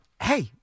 hey